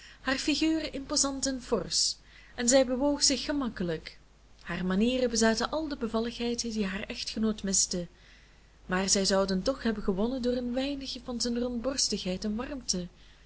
haar figuur imposant en forsch en zij bewoog zich gemakkelijk haar manieren bezaten al de bevalligheid die haar echtgenoot miste maar zij zouden toch hebben gewonnen door een weinigje van zijn rondborstigheid en warmte